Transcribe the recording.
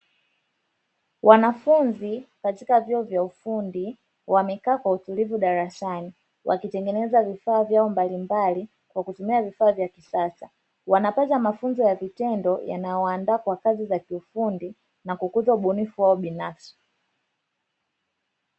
Wanafunzi katika vyuo vya ufundi wamekaa kwa utulivu darasani, wakitengeneza vifaa vyao mbalimbali, kwa kutumia vifaa vya kisasa; wanapata mafunzo ya vitendo yanayowaandaa kwa kazi za kiufundi na kukuza ubunifu wao binafsi.